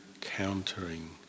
countering